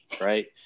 right